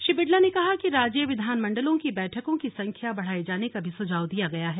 श्री बिड़ला ने कहा कि राज्य विधानमंडलों की बैठकों की संख्या बढ़ाए जाने का भी सुझाव दिया गया है